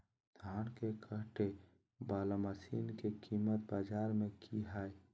धान के कटे बाला मसीन के कीमत बाजार में की हाय?